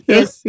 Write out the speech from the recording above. Yes